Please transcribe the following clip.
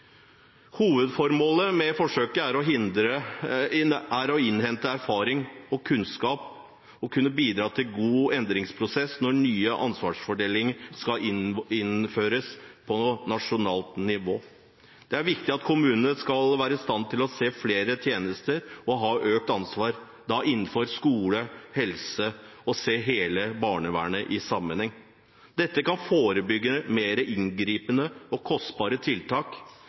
Hovedformålet med forsøket er å innhente erfaring og kunnskap og kunne bidra til en god endringsprosess når ny ansvarsfordeling skal innføres på nasjonalt nivå. Det er viktig at kommunene skal være i stand til å se flere tjenester og ha økt ansvar, da innenfor skole og helse, og se hele barnevernet i sammenheng. Dette kan forebygge mer inngripende og kostbare tiltak